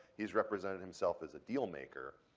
he's represented himself as a deal maker.